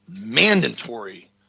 mandatory